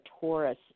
Taurus